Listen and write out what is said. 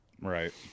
Right